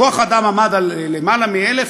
כוח-האדם עמד על למעלה מ-1,000,